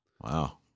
Wow